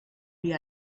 the